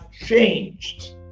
changed